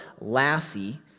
Lassie